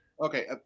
Okay